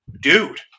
Dude